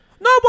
No